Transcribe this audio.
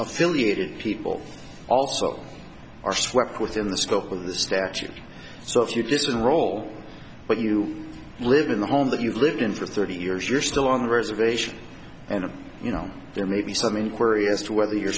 affiliated people also are swept within the scope of the statute so if you didn't roll but you live in the home that you lived in for thirty years you're still on the reservation and you know there may be some inquiry as to whether you're